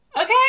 okay